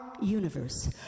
universe